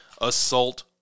assault